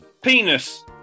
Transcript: Penis